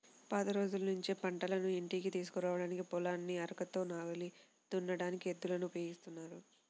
పాత రోజుల్నుంచే పంటను ఇంటికి తీసుకురాడానికి, పొలాన్ని అరకతో నాగలి దున్నడానికి ఎద్దులను ఉపయోగిత్తన్నారు